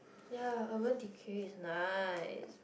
yea Urban-Decay is nice